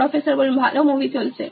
professor ভালো movie চলছে